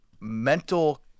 mental